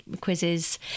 quizzes